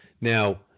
Now